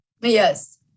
Yes